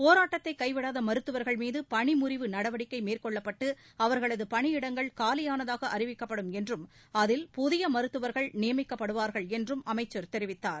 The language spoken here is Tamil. போராட்டத்தை கைவிடாத மருத்துவர்கள் மீது பணி முறிவு நடவடிக்கை மேற்கொள்ளப்பட்டு அவர்களது பணியிடங்கள் காலியானதாக அறிவிக்கப்படும் என்றும் அதில் புதிய மருத்துவர்கள் நியமிக்கப்படுவார்கள் என்றும் அமைச்சர் தெரிவித்தார்